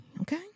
Okay